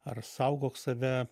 ar saugok save